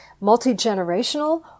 multi-generational